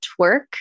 twerk